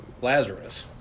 Lazarus